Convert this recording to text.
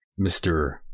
Mr